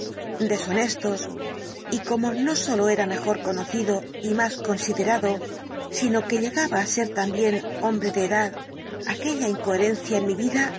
deshonestos y como no sólo era mejor conocido y más considerado sino que llegaba á ser también hombre de edad aquella incoherencia en mi vida